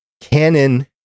Canon